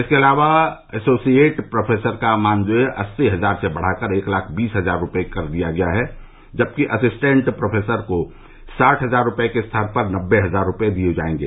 इसके अलावा associate professor का मानदेय अस्सी हजार से बढ़ाकर एक लाख बीस हजार रूपये कर दिया गया है जबकि असिस्टेंट प्रोफेसर को साठ हजार रूपये के स्थान पर नबे हजार रूपये दिये जायेंगे